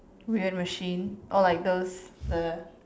weird machine all like those the